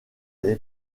les